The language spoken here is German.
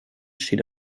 steht